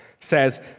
says